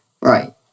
Right